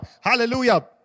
Hallelujah